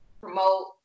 promote